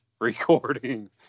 recording